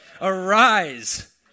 arise